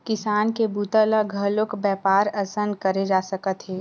किसानी के बूता ल घलोक बेपार असन करे जा सकत हे